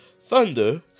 Thunder